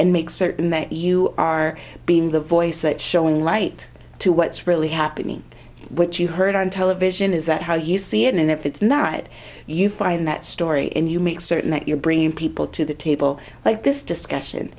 and make certain that you are being the voice that showing right to what's really happening what you heard on television is that how you see it and if it's not right you find that story and you make certain that you're bringing people to the table like this discussion